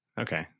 Okay